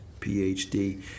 PhD